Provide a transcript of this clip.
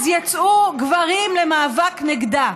אז יצאו גברים למאבק נגדה.